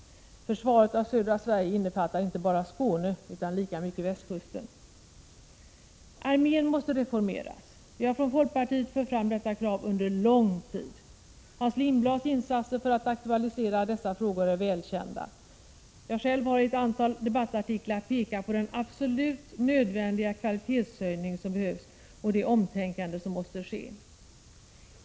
Försvaret av södra Sverige innefattar inte bara Skåne utan i lika hög grad västkusten. Armén måste reformeras. — Vi har från folkpartiet fört fram detta krav under lång tid. Hans Lindblads insatser för att aktualisera dessa frågor är välkända. Jag har själv i ett antal debattartiklar pekat på den absolut nödvändiga kvalitetshöjning som behövs och det omtänkande som måste ske.